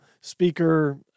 speaker